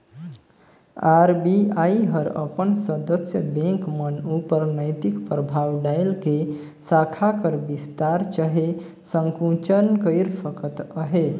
RBI हर अपन सदस्य बेंक मन उपर नैतिक परभाव डाएल के साखा कर बिस्तार चहे संकुचन कइर सकत अहे